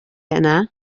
yna